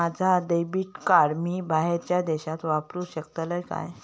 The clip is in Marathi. माझा डेबिट कार्ड मी बाहेरच्या देशात वापरू शकतय काय?